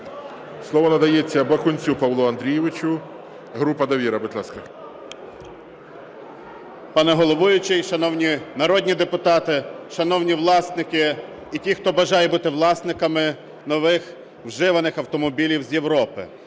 Слово надається Бакунцю Павлу Андрійовичу група "Довіра". Будь ласка. 14:10:17 БАКУНЕЦЬ П.А. Пане головуючий, шановні народні депутати, шановні власники і ті хто бажає бути власниками нових, вживаних автомобілів з Європи!